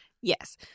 Yes